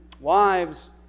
wives